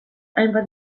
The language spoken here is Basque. hainbat